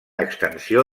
extensió